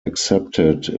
accepted